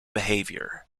behaviour